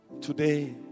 today